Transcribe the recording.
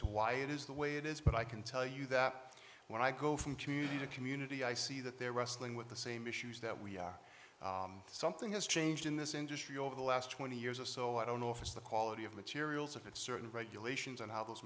to why it is the way it is but i can tell you that when i go from community to community i see that they're wrestling with the same issues that we are something has changed in this industry over the last twenty years or so i don't know if it's the quality of materials of a certain regulations and how those